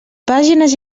pàgines